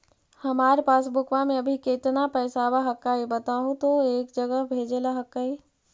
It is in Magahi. हमार पासबुकवा में अभी कितना पैसावा हक्काई बताहु तो एक जगह भेजेला हक्कई?